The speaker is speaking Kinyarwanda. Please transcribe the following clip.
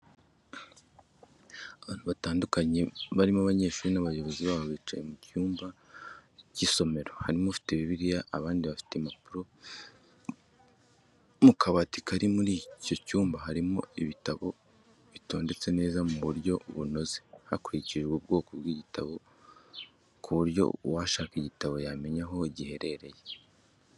Abantu batandukanye barimo abanyeshuri n'abayobozi babo bicaye mu cyumba cy'isomero, harimo ufite bibiliya abandi bafite impapuro, mu kabati kari muri icyo cyumba harimo ibitabo bitondetse neza mu buryo bunoze hakurikijwe ubwoko bw'igitabo ku buryo uwashaka igitabo yamenya aho giherereye.